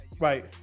right